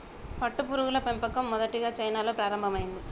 పట్టుపురుగుల పెంపకం మొదటిగా చైనాలో ప్రారంభమైంది